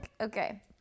Okay